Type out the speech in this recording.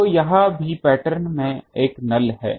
तो यहाँ भी पैटर्न में एक नल है